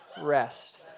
rest